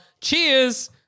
Cheers